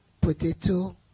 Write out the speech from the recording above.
potato